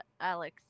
Alex